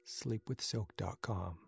sleepwithsilk.com